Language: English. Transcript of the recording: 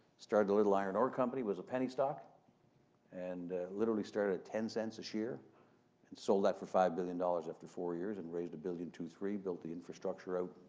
started a little iron ore company, it was a penny stock and literally started at ten cents a share and sold that for five billion dollars after four years and raised a billion two three. built the infrastructure out,